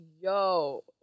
yo